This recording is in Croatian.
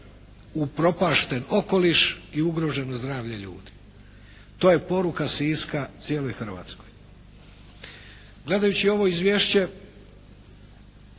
upropašten okoliš i ugroženo zdravlje ljudi. To je poruka Siska cijeloj Hrvatskoj. Gledajući ovo izvješće